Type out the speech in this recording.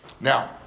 Now